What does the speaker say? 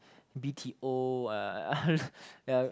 b_t_o uh yeah